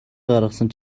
гаргасан